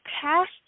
past